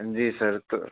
जी sir तो